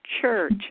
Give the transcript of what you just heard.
church